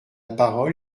parole